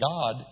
God